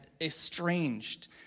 estranged